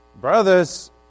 Brothers